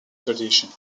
traditions